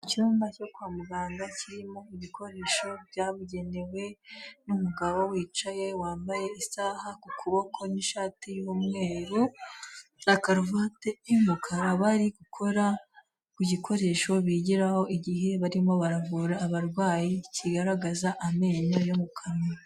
Icyumba cyo kwa muganga kirimo ibikoresho byabugenewe n'umugabo wicaye wambaye isaha ku kuboko n'ishati y'umweru na karuvati y'umukara barigukora ku gikoresho bigiraho igihe barimo baravura abarwayi kigaragaza amenyo yo mu kanwa.